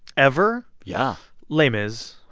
ever? yeah les mis.